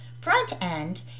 Front-end